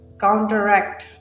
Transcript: counteract